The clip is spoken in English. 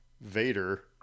Vader